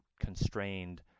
constrained